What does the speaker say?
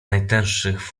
najtęższych